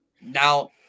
now